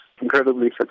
incredibly